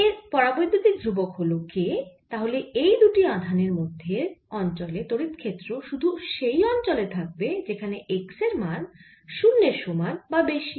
এর পরাবৈদ্যুতিক ধ্রুবক হল k তাহলে এই দুটি আধানের মধ্যের অঞ্চলে তড়িৎ ক্ষেত্র শুধু সেই অঞ্চলে থাকবে যেখানে x এর মান 0 এর সমান বা বেশি